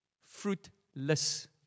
fruitless